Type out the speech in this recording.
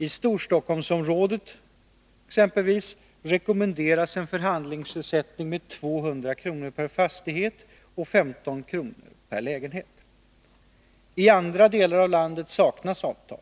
I Storstockholmsområdet t.ex. rekommenderas en förhandlingsersättning med 200 kr. per fastighet och 15 kr. per lägenhet. I andra delar av landet saknas avtal.